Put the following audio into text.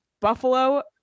Buffalo